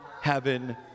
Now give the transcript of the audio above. heaven